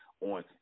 on